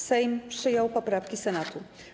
Sejm przyjął poprawki Senatu.